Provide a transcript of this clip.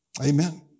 Amen